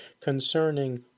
concerning